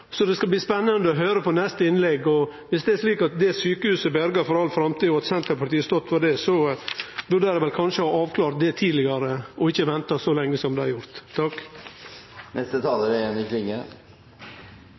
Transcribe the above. så det skal bli spennande å høyre på neste innlegg. Dersom det er slik at det sjukehuset er berga for all framtid og Senterpartiet har stått for det, burde dei vel kanskje ha avklara det tidlegare og ikkje venta så lenge som dei har gjort.